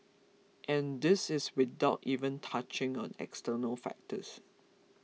and this is without even touching on external factors